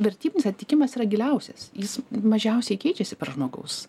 vertybinis atitikimas yra giliausias jis mažiausiai keičiasi per žmogaus